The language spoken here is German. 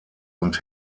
und